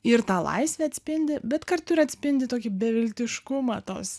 ir tą laisvę atspindi bet kartu ir atspindi tokį beviltiškumą tos